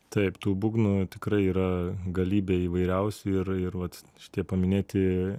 taip tų būgnų tikrai yra galybė įvairiausių ir ir vat šitie paminėti